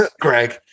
Greg